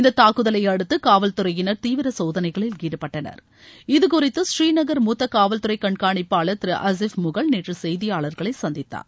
இந்த தாக்குதலையடுத்து காவல்துறையினர் தீவிர சோதனைகளில் ஈடுபட்டனர் இதுகுறித்து ஸ்ரீநகர் மூத்த காவல்துறை கண்காணிப்பாளர் திரு ஹசீப் முகல் நேற்று செய்தியாளர்களை சந்தித்தார்